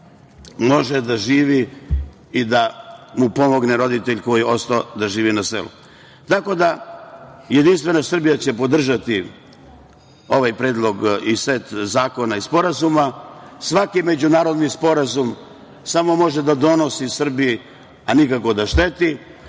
može da živi i da mu pomogne roditelj koji je ostao da živi na selu. Jedinstvena Srbija će podržati ovaj predlog i set zakona i sporazuma. Svaki međunarodni sporazum samo može da donosi Srbiji, a nikako da šteti.